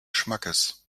schmackes